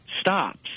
stops